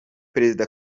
perezida